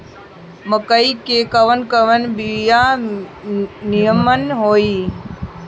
मकई के कवन कवन बिया नीमन होई?